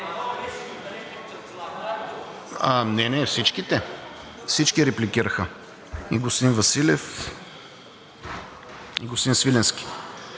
не, не – всичките, всички репликираха – и господин Василев, и господин Свиленски.